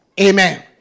Amen